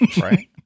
Right